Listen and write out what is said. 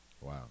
Wow